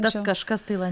tas kažkas tailan